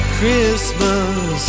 Christmas